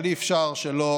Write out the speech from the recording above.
אבל אי-אפשר שלא